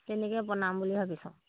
তেনেকৈ বনাম বুলি ভাবিছোঁ